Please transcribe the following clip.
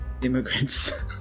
immigrants